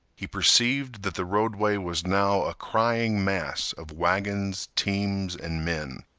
he perceived that the roadway was now a crying mass of wagons, teams, and men.